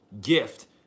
gift